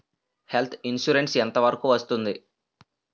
Health insurance ఎంత వరకు వస్తుంది?